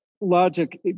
logic